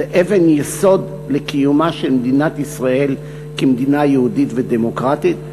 זה אבן יסוד לקיומה של מדינת ישראל כמדינה יהודית ודמוקרטית.